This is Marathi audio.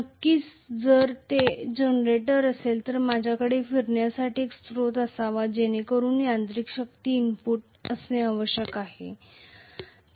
नक्कीच जर ते जनरेटर असेल तर माझ्याकडे फिरण्यासाठी एक स्रोत असावा जेणेकरून यांत्रिक शक्ती इनपुट असणे आवश्यक आहे